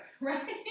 right